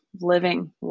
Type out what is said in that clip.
living